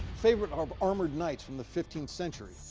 favorite of armored knights from the fifteenth century.